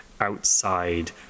outside